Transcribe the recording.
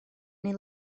neu